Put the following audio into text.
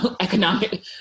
economic